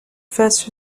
first